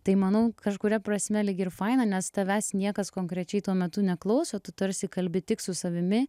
tai manau kažkuria prasme lyg ir faina nes tavęs niekas konkrečiai tuo metu neklauso tu tarsi kalbi tik su savimi